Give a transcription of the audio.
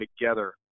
together